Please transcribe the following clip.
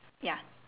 ya